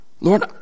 Lord